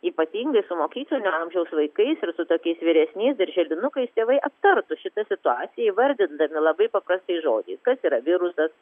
ypatingai su mokyklinio amžiaus vaikais ir su tokiais vyresniais darželinukais tėvai aptartų šitą situaciją įvardindami labai paprastais žodžiais kas yra virusas